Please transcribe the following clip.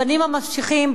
בבנים הממשיכים,